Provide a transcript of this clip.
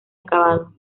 acabado